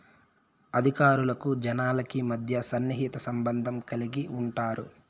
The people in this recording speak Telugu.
అధికారులకు జనాలకి మధ్య సన్నిహిత సంబంధం కలిగి ఉంటారు